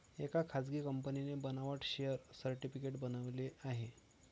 एका खासगी कंपनीने बनावट शेअर सर्टिफिकेट बनवले आहे